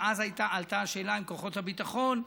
ואז עלתה השאלה לגבי כוחות הביטחון.